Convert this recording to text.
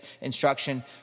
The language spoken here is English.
instruction